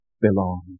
belong